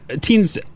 teens